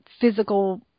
physical